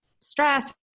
stress